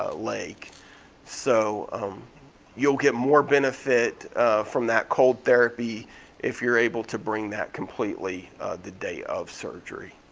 ah like so you'll get more benefit from that cold therapy if you're able to bring that completely the day of surgery.